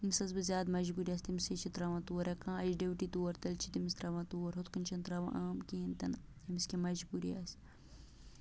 ییٚمِس حظ بیٚیہِ زیادٕ مَجبوٗری آسہِ تٔمِسٕے چھِ تراو تور یا کانٛہہ اَسہِ ڈیوٹی تور تیٚلہِ چھِ تٔمِس تراوان تور ہُتھ کٔنۍ چھِنہٕ تراوان عام کِہیٖنۍ تہِ نہٕ أمِس کیٛاہ مَجبوٗری آسہِ